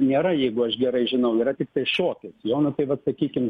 nėra jeigu aš gerai žinau yra tiktai šokis jo nu tai vat sakykim